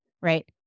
right